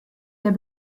der